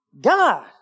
God